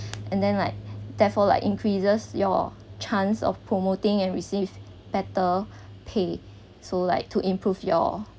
and then like therefore like increases your chance of promoting and received better pay so like to improve your